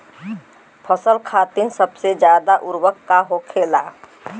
फसल खातीन सबसे अच्छा उर्वरक का होखेला?